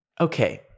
okay